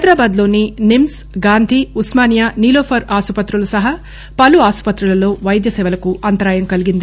హైదరాబాద్ లోని నిమ్పు గాంధీ ఉస్మానియా నీలోఫర్ ఆస్పత్రులు సహా పలు ఆస్పత్రుల్లో వైద్యసేవలకు అంతరాయం కలిగింది